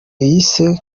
yise